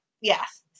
Yes